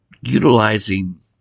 utilizing